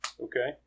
Okay